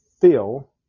feel